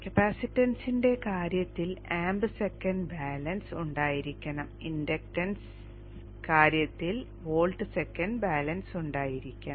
കപ്പാസിറ്റൻസിന്റെ കാര്യത്തിൽ Amp second balance ഉണ്ടായിരിക്കണം ഇൻഡക്റ്റൻസ് കാര്യത്തിൽ വോൾട് സെക്കൻഡ് ബാലൻസ് ഉണ്ടായിരിക്കണം